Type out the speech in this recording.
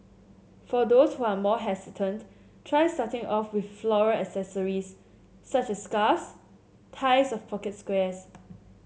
for those who are more hesitant try starting off with floral accessories such as scarves ties of pocket squares